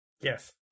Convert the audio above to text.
Yes